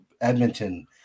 Edmonton